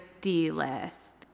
D-List